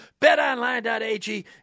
betonline.ag